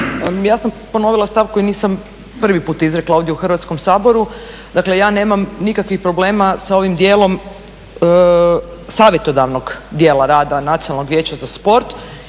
Ja sam ponovila stav koji nisam prvi put izrekla ovdje u Hrvatskom saboru, dakle ja nemam nikakvih problema sa ovim dijelom savjetodavnog dijela rada Nacionalnog vijeća za sport